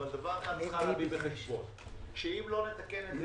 אבל את צריכה לקת בחשבון אם לא נתקן את זה,